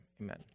amen